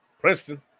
Princeton